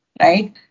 right